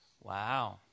Wow